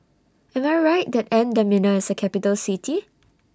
Am I Right that N'Djamena IS A Capital City